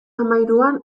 hamahiruan